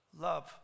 Love